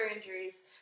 injuries